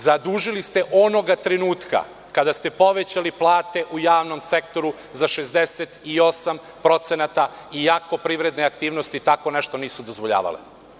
Zadužili ste onoga trenutka kada ste povećali plate u javnom sektoru za 68% iako privredne aktivnosti tako nešto nisu dozvoljavale.